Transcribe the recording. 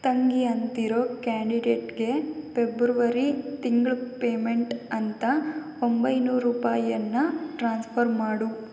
ತಂಗಿ ಅಂತಿರೋ ಕ್ಯಾಂಡಿಡೇಟ್ಗೆ ಪೆಬ್ರವರಿ ತಿಂಗಳ ಪೇಮೆಂಟ್ ಅಂತ ಒಂಬೈನೂರು ರೂಪಾಯಿಯನ್ನು ಟ್ರಾನ್ಸ್ಫರ್ ಮಾಡು